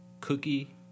cookie